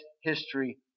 history